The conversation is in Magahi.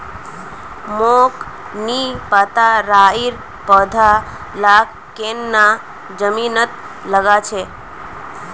मोक नी पता राइर पौधा लाक केन न जमीनत लगा छेक